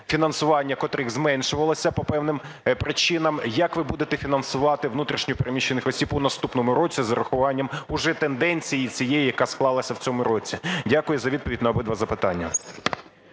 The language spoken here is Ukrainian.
фінансування котрих зменшувалося по певним причинам. Як ви будете фінансувати внутрішньо переміщених осіб у наступному році з урахуванням вже тенденції цієї, яка склалася в цьому році? Дякую за відповідь на обидва запитання.